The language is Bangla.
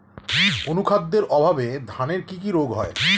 অনুখাদ্যের অভাবে ধানের কি কি রোগ হয়?